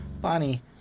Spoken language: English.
Bonnie